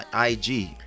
ig